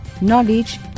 knowledge